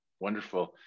Wonderful